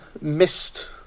missed